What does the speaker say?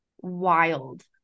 wild